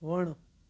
वण